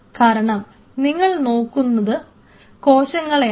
കാരണം നിങ്ങൾ നോക്കുന്നത് കോശങ്ങളെയാണ്